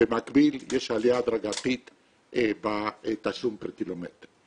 ובמקביל יש עלייה הדרגתית בתשלום פר קילומטר.